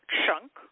chunk